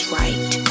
right